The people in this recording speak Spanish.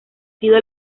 sido